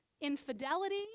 Infidelity